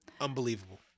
unbelievable